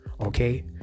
okay